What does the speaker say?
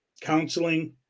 counseling